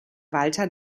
walter